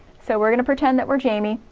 so we're gonna pretend that we're jamie,